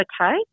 okay